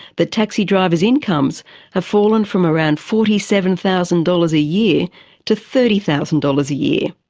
that taxi drivers' incomes have fallen from around forty seven thousand dollars a year to thirty thousand dollars a year.